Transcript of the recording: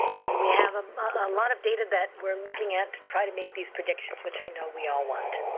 and we have a ah lot of data that we're looking at to try to make these predictions which i know we all want.